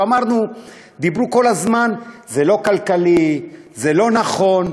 אמרו כל הזמן שזה לא כלכלי, זה לא נכון,